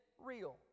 real